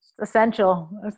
Essential